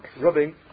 rubbing